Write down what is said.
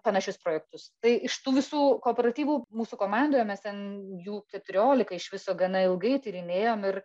panašius projektus tai iš tų visų kooperatyvų mūsų komandoje mes ten jų keturiolika iš viso gana ilgai tyrinėjom ir